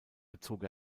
bezog